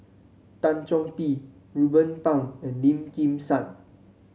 Tan Chong Tee Ruben Pang and Lim Kim San